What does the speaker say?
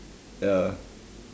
ya